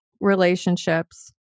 relationships